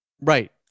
Right